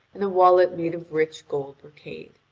and a wallet made of rich gold brocade.